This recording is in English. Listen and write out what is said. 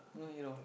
no hero